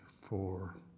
four